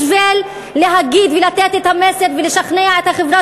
בשביל להגיד ולתת את המסר ולשכנע את החברה